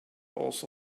also